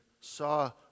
saw